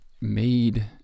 made